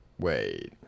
Wait